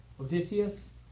Odysseus